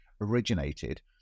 originated